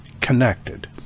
connected